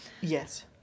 Yes